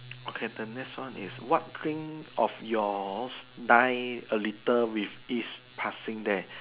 okay the next one is what dream of yours die a little with each passing day